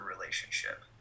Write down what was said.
relationship